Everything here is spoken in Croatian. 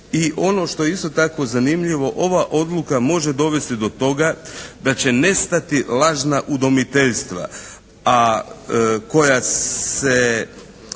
I ono što je isto tako zanimljivo ova odluka može dovesti do toga da će nestati lažna udomiteljstva, a koja se,